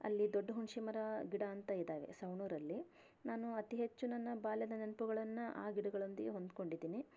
ಅಲ್ಲಿ ದೊಡ್ಡ ಹುಣಸೇಮರ ಗಿಡ ಅಂತ ಇದ್ದಾವೆ ಸವಣೂರಲ್ಲಿ ನಾನು ಅತಿ ಹೆಚ್ಚು ನನ್ನ ಬಾಲ್ಯದ ನೆನಪುಗಳನ್ನು ಆ ಗಿಡಗಳೊಂದಿಗೆ ಹೊಂದ್ಕೊಂಡಿದ್ದೀನಿ